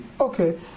okay